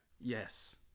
Yes